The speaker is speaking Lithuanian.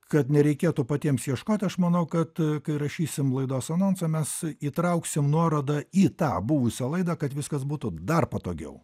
kad nereikėtų patiems ieškoti aš manau kad kai rašysim laidos anonsą mes įtrauksim nuorodą į tą buvusią laidą kad viskas būtų dar patogiau